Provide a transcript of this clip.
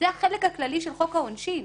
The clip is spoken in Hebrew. זה החלק הכללי של חוק העונשין.